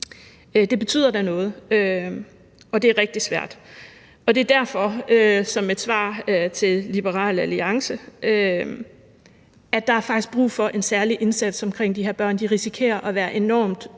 Det betyder da noget, og det er rigtig svært. Det er derfor – som et svar til Liberal Alliance – at der faktisk er brug for en særlig indsats i forhold til de her børn. De risikerer at være enormt